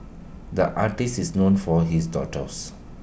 the artist is known for his doodles